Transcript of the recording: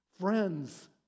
Friends